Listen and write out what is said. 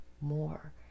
more